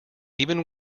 even